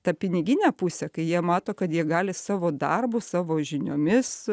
ta piniginė pusė kai jie mato kad jie gali savo darbu savo žiniomis